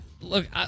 look